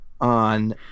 on